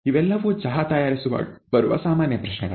ಇವೆಲ್ಲವೂ ಚಹಾ ತಯಾರಿಸುವಾಗ ಬರುವ ಸಾಮಾನ್ಯ ಪ್ರಶ್ನೆಗಳು